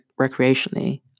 recreationally